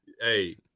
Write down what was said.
hey